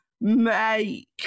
make